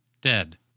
dead